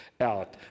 out